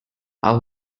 our